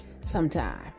Sometime